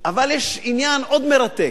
אבל יש עניין, עוד, מרתק.